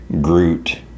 Groot